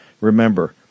Remember—